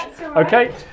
Okay